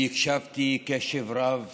אני הקשבתי בקשב רב